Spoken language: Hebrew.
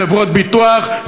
חברות ביטוח,